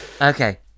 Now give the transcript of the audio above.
Okay